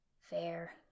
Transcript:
Fair